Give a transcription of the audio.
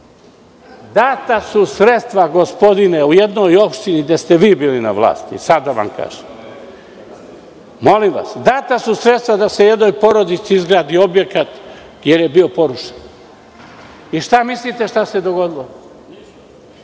Data su sredstva, gospodine, u jednoj opštini gde ste vi bili na vlasti, sada vam kažem. Data su sredstva da se jednoj porodici izgradi objekat, jer je bio porušen. Šta mislite šta se dogodilo?